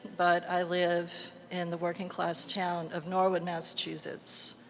but i live in the working class town of norwood, massachusetts.